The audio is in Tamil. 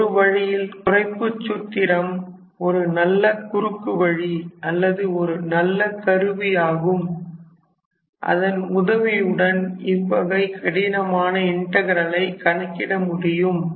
ஒரு வழியில் குறைப்புச் சூத்திரம் ஒரு நல்ல குறுக்குவழி அல்லது ஒரு நல்ல கருவி ஆகும் அதன் உதவியுடன் இவ்வகை கடினமான இன்டகிரலை கணக்கிட முடியும்